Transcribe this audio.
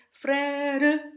frère